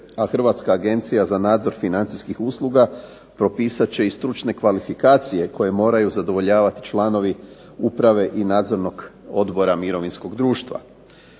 a Hrvatska agencija za nadzor financijskih usluga propisat će i stručne kvalifikacije koje moraju zadovoljavati članovi uprave i nadzornog odbora mirovinskog društva.